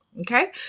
Okay